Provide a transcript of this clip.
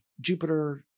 Jupiter